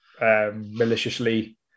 maliciously